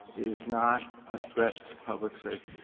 is not a threat public safety.